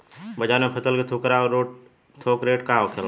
बाजार में फसल के खुदरा और थोक रेट का होखेला?